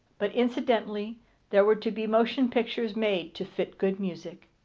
but incidentally there were to be motion pictures made to fit good music.